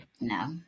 No